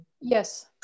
Yes